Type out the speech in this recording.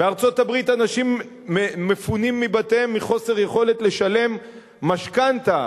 בארצות-הברית אנשים מפונים מבתיהם מחוסר יכולת לשלם משכנתה,